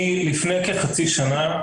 אני לפני כחצי שנה,